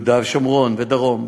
יהודה ושומרון ודרום,